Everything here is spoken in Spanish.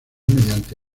mediante